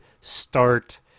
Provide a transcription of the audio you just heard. start